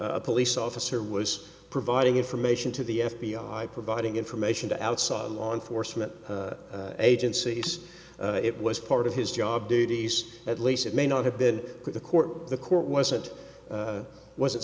a police officer was providing information to the f b i providing information to outside law enforcement agencies it was part of his job duties at least it may not have been the court the court wasn't